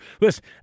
listen